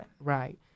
right